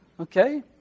Okay